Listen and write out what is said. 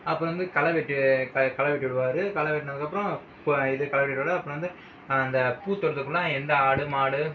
அப்புறம் வந்து களை வெட்டி களை வெட்டி விடுவார் களை வெட்டினதுக்கப்புறம் இது களை வெட்டி விடுவார் அப்புறம் வந்து அந்தப் பூ தோட்டத்துக்கனா எந்த ஆடு மாடு